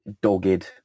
dogged